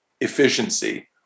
efficiency